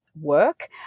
work